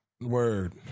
word